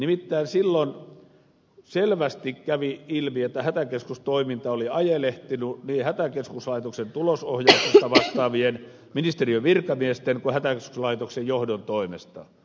nimittäin silloin selvästi kävi ilmi että hätäkeskustoiminta oli ajelehtinut niin hätäkeskuslaitoksen tulosohjauksesta vastaavien ministeriön virkamiesten kuin hätäkeskuslaitoksen johdon toimesta